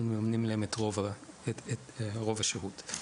אנחנו מממנים להם את רוב השהות.